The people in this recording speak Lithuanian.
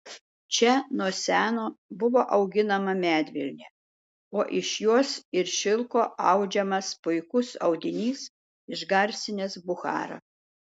čia nuo seno buvo auginama medvilnė o iš jos ir šilko audžiamas puikus audinys išgarsinęs bucharą